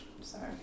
Sorry